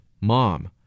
Mom